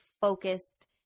focused